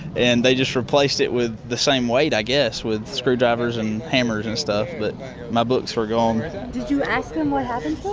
and they just replaced it with the same weight, i guess, with screwdrivers, and hammers, and stuff, but my books were gone. did you ask them what happened